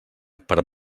per